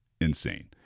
Insane